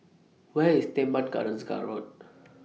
Where IS Teban Gardens Road